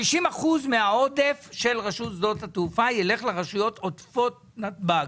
ש-50% מהעודף של רשות שדות התעופה ילך לרשויות עוטפות נתב"ג.